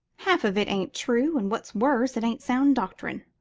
half of it ain't true, and, what's worse, it ain't sound doctrine.